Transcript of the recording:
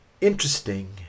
Interesting